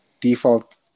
default